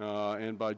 and by